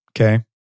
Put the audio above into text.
Okay